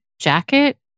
jacket